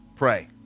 Pray